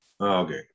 okay